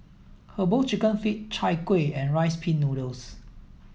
Herbal Chicken Feet Chai Kuih and Rice Pin Noodles